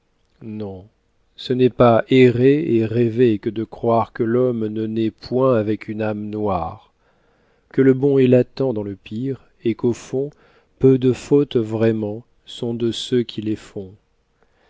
non ce n'est pas errer et rêver que de croire que l'homme ne naît point avec une âme noire que le bon est latent dans le pire et qu'au fond peu de fautes vraiment sont de ceux qui les font